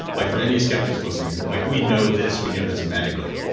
like for any skeptics listening, like we know this. we know this medically,